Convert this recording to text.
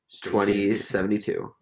2072